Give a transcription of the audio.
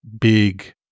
big